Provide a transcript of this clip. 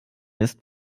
ist